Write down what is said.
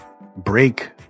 break